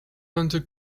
and